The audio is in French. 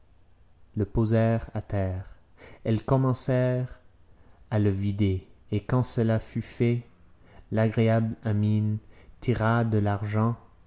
le posèrent à terre elles commencèrent à le vider et quand cela fut fait l'agréable amine tira de l'argent